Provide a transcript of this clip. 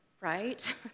right